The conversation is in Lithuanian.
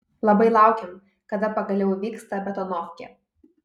labai laukiam kada pagaliau įvyks ta betonovkė